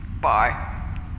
bye